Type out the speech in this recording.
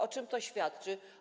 O czym to świadczy?